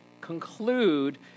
conclude